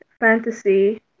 fantasy